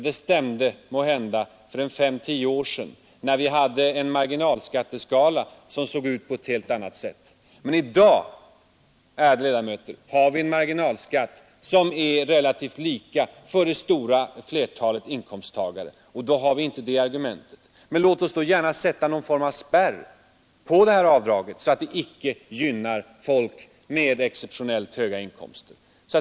Det stämde måhända för fem—tio år sedan, när vi hade en marginalskatteskala som såg ut på ett helt annat sätt, men i dag, ärade ledamöter, har vi en marginalskatt som är relativt lika för det stora flertalet inkomsttagare. Nu finns inte argumentet. Men låt oss gärna sätta någon form av spärr på detta avdrag så att det inte gynnar folk med exceptionellt höga inkomster.